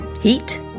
Heat